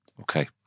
Okay